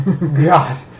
God